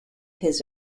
his